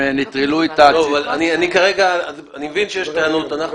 אני מבין שיש טענות.